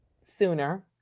sooner